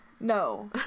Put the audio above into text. No